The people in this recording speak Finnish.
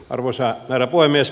arvoisa herra puhemies